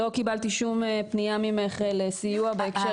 אני לא קיבלתי שום פנייה ממך לסיוע בהקשר